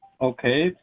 Okay